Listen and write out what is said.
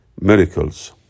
miracles